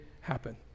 happen